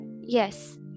Yes